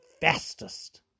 fastest